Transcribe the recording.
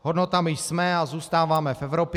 Hodnotami jsme a zůstáváme v Evropě.